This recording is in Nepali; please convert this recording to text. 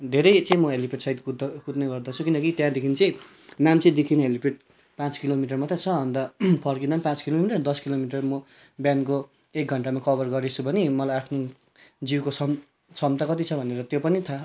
धेरै एकछिन ह्यालीप्याड साइड कुद्दा कुद्ने गर्दछु किनकि त्यहाँदेखि चाहिँ नाम्चीदेखि ह्यालीप्याड पाँच किलोमिटर मात्रै छ अन्त फर्किँदा नि पाँच किलोमिटर दस किलोमिटरमा बिहानको एक घन्टामा कभर गरेछु भने मलाई आफ्नो जिउको क्षम् क्षमता कति छ भनेर त्यो पनि थाह